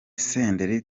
senderi